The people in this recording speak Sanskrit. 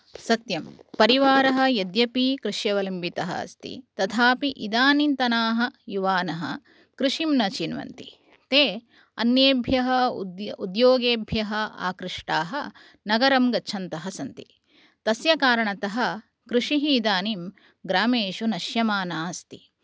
सत्यं परिवारः यद्यपि कृष्यवलम्बितः अस्ति तथापि इदानींतनः युवानः कृषिं न चिन्वन्ति ते अन्येभ्यः उद्यो उद्योगेभ्यः आकृष्टाः नगरं गच्छन्तः सन्ति तस्य कारणतः कृषिः इदानीं ग्रामेषु नश्यमाना अस्ति